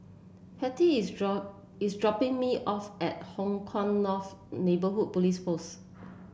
pate is drop is dropping me off at Hong Kah North Neighbourhood Police Post